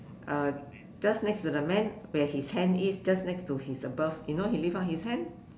uh just next to the man where his hand is just next to his above you know you lift up his hand